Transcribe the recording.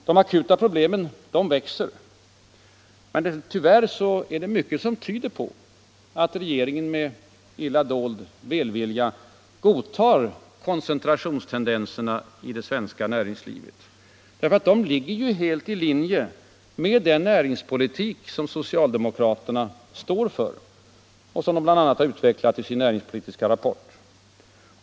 De akuta problemen växer och mycket tyder tyvärr på att regeringen med illa dold välvilja godtar koncentrationstendenserna i det svenska näringslivet. De ligger ju helt i linje med den näringspolitik socialdemokraterna står för och bl.a. har utvecklat i sin näringspolitiska rapport.